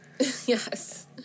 Yes